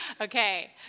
Okay